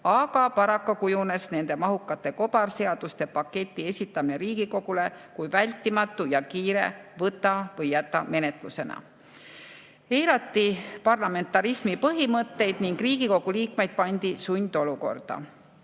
aga paraku kujunes nende mahukate kobarseaduste paketi esitamine Riigikogule vältimatuks ja kiireks võta-või-jäta-menetluseks. Eirati parlamentarismi põhimõtteid ning Riigikogu liikmeid pandi sundolukorda.